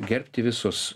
gerbti visus